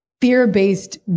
fear-based